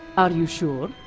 are you sure,